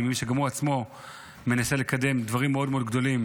אני מבין שגם הוא עצמו מנסה לקדם דברים מאוד מאוד גדולים